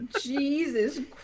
Jesus